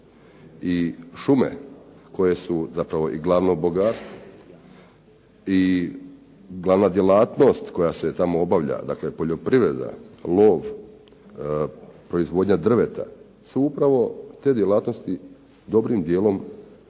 i šume, koje su zapravo i glavno bogatstvo i glavna djelatnost koja se tamo obavlja, dakle poljoprivreda, lov, proizvodnja drveta, su upravo te djelatnosti dobrim dijelom ugrožene